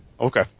Okay